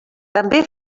també